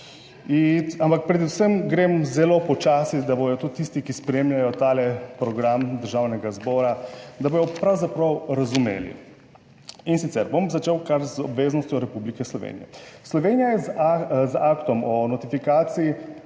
Ampak predvsem grem zelo počasi, da bodo tudi tisti, ki spremljajo ta program Državnega zbora, da bodo pravzaprav razumeli. In sicer bom začel kar z obveznostjo Republike Slovenije. Slovenija je z aktom o notifikaciji